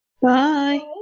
Bye